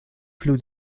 plu